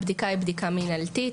הבדיקה היא בדיקה מנהלתית.